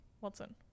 Watson